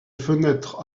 fenêtres